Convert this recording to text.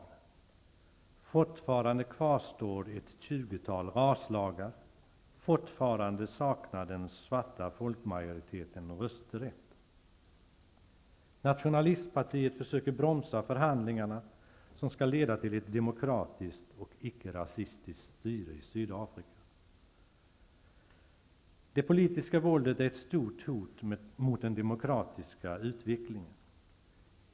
Fortfarande kvarstår ett tjugotal raslagar. Fortfarande saknar den svarta folkmajoriteten rösträtt. Nationalistpartiet försöker bromsa förhandlingarna som skall leda till ett demokratiskt och icke-rasistiskt styre i Det politiska våldet är ett stort hot mot den demokratiska utvecklingen.